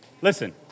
Listen